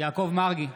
יעקב מרגי,